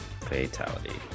Fatality